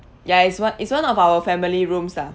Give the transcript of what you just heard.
ya it's what it's one of our family rooms ah